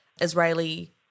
Israeli